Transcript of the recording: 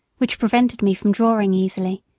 which prevented me from drawing easily,